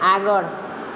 આગળ